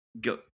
go